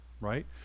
right